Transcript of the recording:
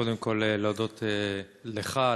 קודם כול להודות לך,